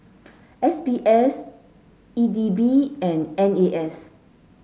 S B S E D B and N A S